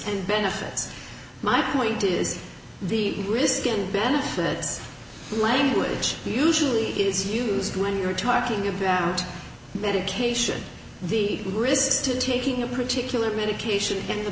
and benefits my point is the risk in benefits language usually is used when you're talking about medication the risks to taking a particular medication and the